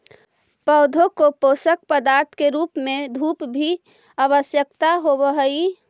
पौधों को पोषक पदार्थ के रूप में धूप की भी आवश्यकता होवअ हई